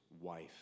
wife